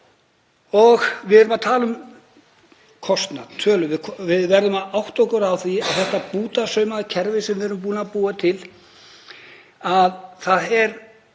Við erum að tala um kostnað, tölu. Við verðum að átta okkur á því að þetta bútasaumaða kerfi sem við erum búin að búa til veldur